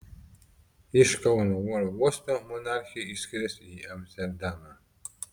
iš kauno oro uosto monarchė išskris į amsterdamą